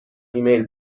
ایمیل